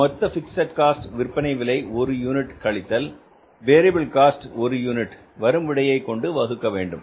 மொத்த fixed cost விற்பனை விலை ஒரு யூனிட் கழித்தல் வேரியபில் காஸ்ட் ஒரு யூனிட் வரும் விடையை கொண்டு வகுக்க வேண்டும்